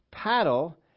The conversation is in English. paddle